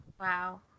Wow